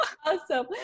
Awesome